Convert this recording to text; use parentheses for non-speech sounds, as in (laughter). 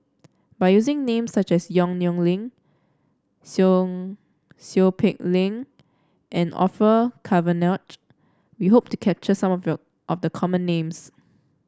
by using names such as Yong Nyuk Lin Seow Seow Peck Leng and Orfeur Cavenagh we hope to capture some (unintelligible) of the common names